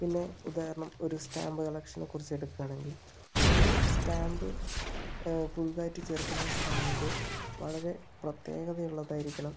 പിന്നെ ഉദാഹരണം ഒരു സ്റ്റാമ്പ് കളക്ഷനെക്കുറിച്ച് എടുക്കുകയാണെങ്കിൽ ആ ഒരു സ്റ്റാമ്പ് പുതിയതായിട്ട് ചേർക്കുന്ന സ്റ്റാമ്പ് വളരെ പ്രത്യേകത ഉള്ളതായിരിക്കണം